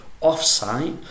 off-site